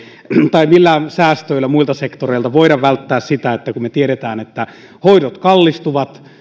tai millään säästöillä muilta sektoreilta voida välttää sitä kun me tiedämme että hoidot kallistuvat